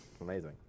amazing